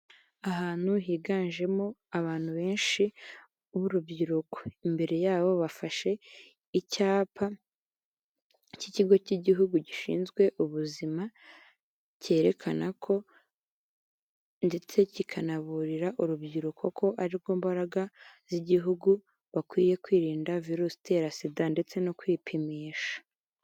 Ahantu higanjemo abantu benshi bu rubyiruko, imbere yabo bafashe icyapa cy'ikigo cy'igihugu gishinzwe ubuzima cyerekana ko ndetse kikanaburira urubyiruko ko arirwo mbaraga z'igihugu bakwiye kwirinda virusi itera sida ndetse no kwipimisha.